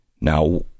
Now